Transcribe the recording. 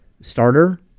starter